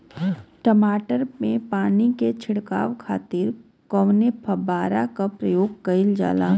टमाटर में पानी के छिड़काव खातिर कवने फव्वारा का प्रयोग कईल जाला?